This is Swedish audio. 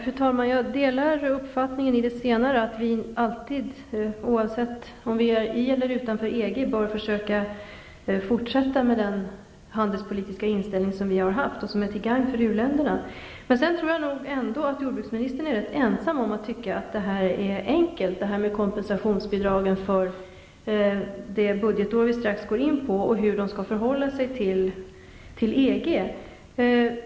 Fru talman! Jag delar uppfattningen att vi alltid, oavsett om vi är i eller utanför EG, bör försöka fortsätta med den handelspolitiska inställning som vi har haft och som är till gagn för u-länderna. Jag tror ändå att jordbruksministern är rätt ensam om att tycka att frågorna om kompensationsbidraget för det budgetår vi strax går in på och hur vi skall förhålla oss till EG är enkla.